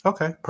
Okay